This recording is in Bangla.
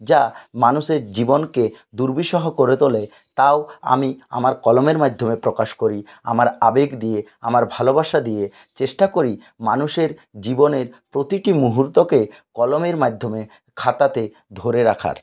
যা মানুষের জীবনকে দুর্বিষহ করে তোলে তাও আমি আমার কলমের মাধ্যমে প্রকাশ করি আমার আবেগ দিয়ে আমার ভালোবাসা দিয়ে চেষ্টা করি মানুষের জীবনের প্রতিটি মুহুর্তকে কলমের মাধ্যমে খাতাতে ধরে রাখার